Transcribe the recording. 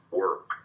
work